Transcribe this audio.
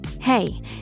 Hey